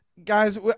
Guys